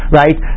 right